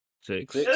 Six